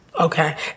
Okay